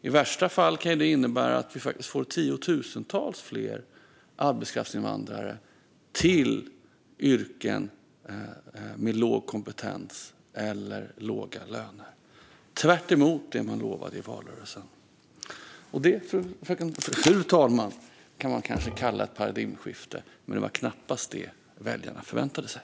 I värsta fall kan det innebära att vi får tiotusentals fler arbetskraftsinvandrare till yrken med låg kompetens eller låga löner, tvärtemot det man lovade i valrörelsen. Det, fru talman, kan man kanske kalla ett paradigmskifte, men det var knappast det väljarna förväntade sig.